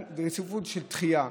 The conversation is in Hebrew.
רציפות של דחייה.